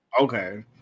Okay